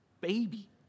baby